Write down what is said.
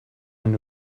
man